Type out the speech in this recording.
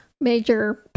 Major